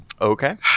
Okay